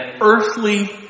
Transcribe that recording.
earthly